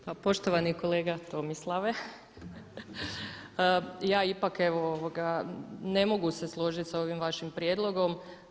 Pa poštovani kolega Tomislave, ja ipak evo ne mogu se složiti s ovim vašim prijedlogom.